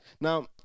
Now